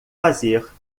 fazer